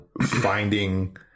finding